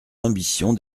l’ambition